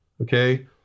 Okay